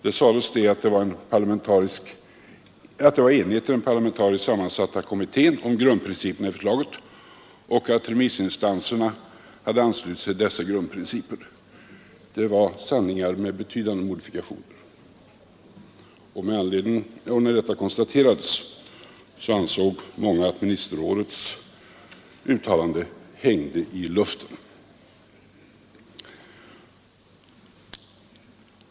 Det sades att det var enighet i den parlamentariskt sammansatta kommittén om grundprinciperna i förslaget och att remiss instanserna hade anslutit sig till dessa grundprinciper. Det var sanningar med betydande modifikationer, och när detta konstaterades ansåg många att ministerrådets uttalande hängde i luften.